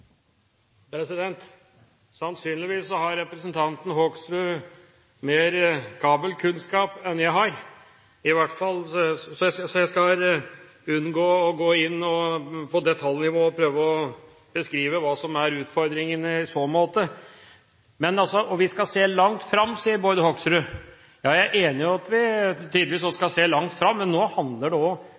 Sannsynligvis har representanten Hoksrud mer kabelkunnskap enn i hvert fall jeg har, så jeg skal unngå å gå inn på detaljnivå og prøve å beskrive hva som er ufordringen i så måte. Vi skal se langt fram, sier Bård Hoksrud. Ja, jeg er enig i at vi tidvis også skal se langt fram, men nå handler det om